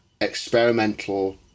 experimental